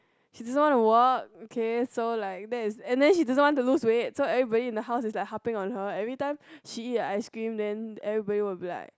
she don't want to work okay so like that's and then she didn't want to lose weight so everybody in the house is like helping on her everytime she eat the ice cream then everybody will be like